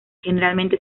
generalmente